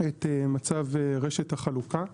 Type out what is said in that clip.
את מצב רשת החלוקה היום,